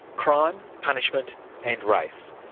crime, punishment and race.